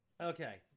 Okay